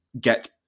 get